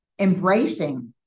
embracing